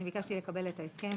אני ביקשתי לקבל את ההסכם,